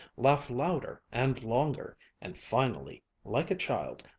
laugh louder and longer, and finally, like a child,